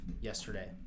yesterday